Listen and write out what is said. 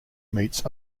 meets